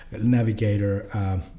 Navigator